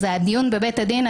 אז בדיון בבית הדין באותה תקופה,